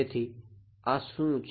તેથી આ શું છે